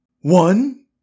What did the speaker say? One